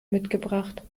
mitgebracht